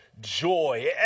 Joy